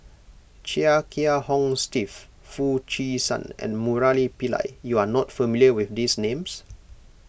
Chia Kiah Hong Steve Foo Chee San and Murali Pillai you are not familiar with these names